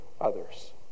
others